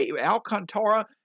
Alcantara